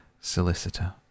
Solicitor